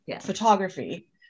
photography